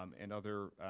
um and other